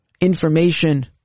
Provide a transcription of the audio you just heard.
information